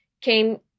came